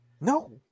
No